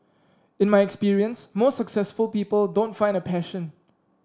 in my experience most successful people don't find a passion